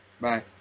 Bye